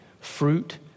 fruit